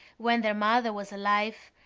when their mother was alive,